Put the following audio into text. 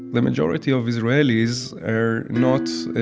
the majority of israelis are not